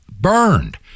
burned